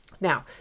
Now